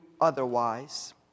otherwise